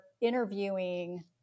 interviewing